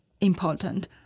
important